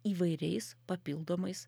įvairiais papildomais